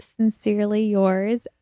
sincerelyyours